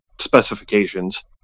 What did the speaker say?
specifications